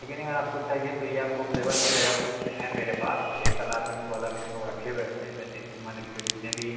लेकिन ये अगर आपको चाहिए तो ये आपको अवेलेबल हो जाएगा कुछ है मेरे पास एक तलाब में इसको अलग से हम लोग रखे हुए रहते हैं जिनमें से मान लीजिए कि जो जितने भी